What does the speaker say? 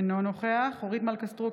אינו נוכח אורית מלכה סטרוק,